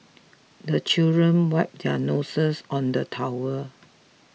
the children wipe their noses on the towel